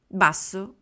basso